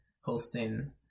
hosting